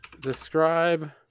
describe